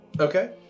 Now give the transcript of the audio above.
Okay